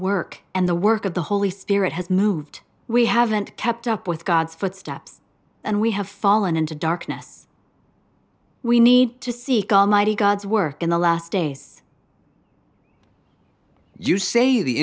work and the work of the holy spirit has moved we haven't kept up with god's footsteps and we have fallen into darkness we need to seek almighty god's word in the last days you say the